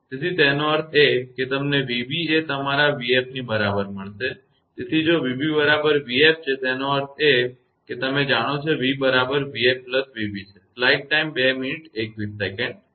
તેથી તેનો અર્થ એ કે તમને vb એ તમારા 𝑣𝑓 ની બરાબર મળશે તેથી જો 𝑣𝑏 બરાબર 𝑣𝑓 છે તેનો અર્થ એ કે તમે જાણો છો કે v બરાબર 𝑣𝑓 𝑣𝑏 છે